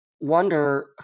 wonder